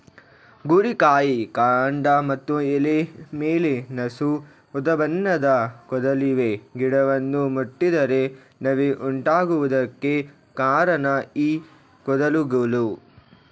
ಗೋರಿಕಾಯಿ ಕಾಂಡ ಮತ್ತು ಎಲೆ ಮೇಲೆ ನಸು ಉದಾಬಣ್ಣದ ಕೂದಲಿವೆ ಗಿಡವನ್ನು ಮುಟ್ಟಿದರೆ ನವೆ ಉಂಟಾಗುವುದಕ್ಕೆ ಕಾರಣ ಈ ಕೂದಲುಗಳು